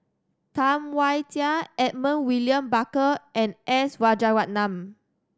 Tam Wai Jia Edmund William Barker and S Rajaratnam